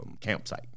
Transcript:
campsite